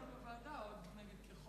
אני ביקשתי דיון בוועדה עוד לפני כחודש,